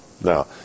now